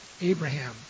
Abraham